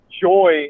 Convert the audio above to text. joy